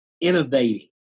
innovating